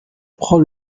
prend